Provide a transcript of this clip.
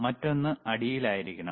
മറ്റൊന്ന് അടിയിൽ ആയിരിക്കണം